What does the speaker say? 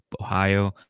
Ohio